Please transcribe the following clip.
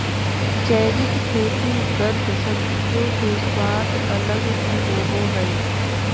जैविक खेती कद सब्जियों के स्वाद अलग ही होबो हइ